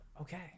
okay